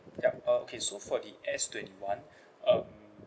yup uh okay so for the S twenty one um